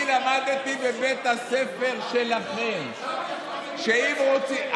אני למדתי בבית הספר שלכם שאם רוצים,